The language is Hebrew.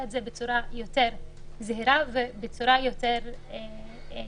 את זה בצורה יותר זהירה ובצורה יותר מאוזנת,